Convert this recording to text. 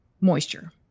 moisture